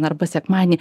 arba sekmadienį